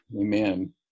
Amen